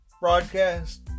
broadcast